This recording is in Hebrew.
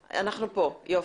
ה-KFW,